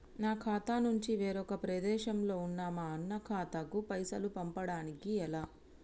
నా ఖాతా నుంచి వేరొక ప్రదేశంలో ఉన్న మా అన్న ఖాతాకు పైసలు పంపడానికి ఎలా?